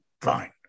fine